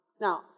Now